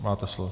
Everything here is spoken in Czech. Máte slovo.